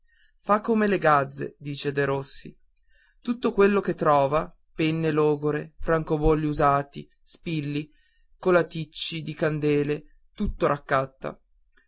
fa come le gazze dice derossi tutto quello che trova penne logore francobolli usati spilli colaticci di candele tutto raccatta